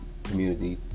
community